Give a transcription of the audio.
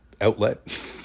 outlet